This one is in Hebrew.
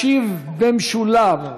ישיב במשולב,